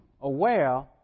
aware